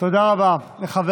תודה רבה לחבר